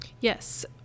Yes